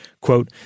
Quote